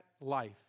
life